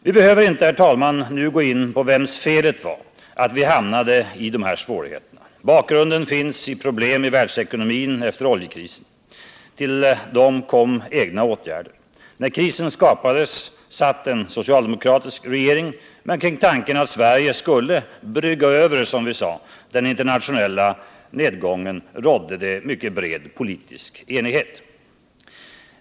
Vi behöver inte nu gå in på vems felet var att vi hamnade i de här svårigheterna. Bakgrunden fanns i problem i världsekonomin efter oljekrisen. Till det kom egna åtgärder. När krisen skapades satt en socialdemokratisk regering. Kring tanken att Sverige skulle brygga över den internationella nedgången rådde dock mycket bred politisk enighet.